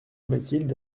mathilde